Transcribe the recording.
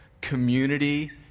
community